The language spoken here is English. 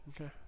Okay